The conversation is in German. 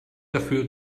dafür